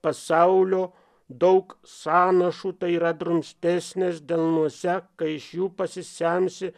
pasaulio daug sąnašų tai yra drumstesnis delnuose kai iš jų pasisemsi